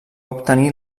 obtenir